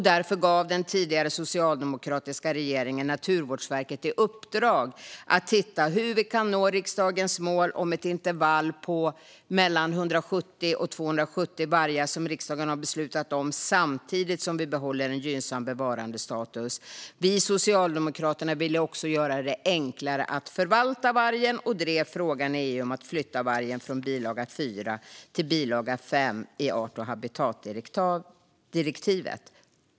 Därför gav den tidigare socialdemokratiska regeringen Naturvårdverket i uppdrag att titta på hur vi kan nå det mål som riksdagen har beslutat om med ett intervall på 170-270 vargar samtidigt som vi bibehåller en gynnsam bevarandestatus. Vi socialdemokrater vill också göra det enklare att förvalta vargen och drev frågan i EU om att flytta regleringen av vargen från bilaga 4 till bilaga 5 i art och habitatdirektivet.